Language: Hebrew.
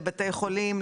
לבתי חולים,